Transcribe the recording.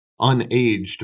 unaged